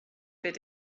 wit